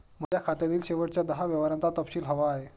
माझ्या खात्यातील शेवटच्या दहा व्यवहारांचा तपशील हवा आहे